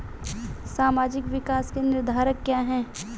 सामाजिक विकास के निर्धारक क्या है?